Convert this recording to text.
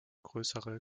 größere